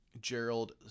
Gerald